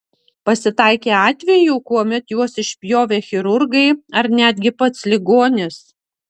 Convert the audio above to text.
pasitaikė atvejų kuomet juos išpjovė chirurgai ar netgi pats ligonis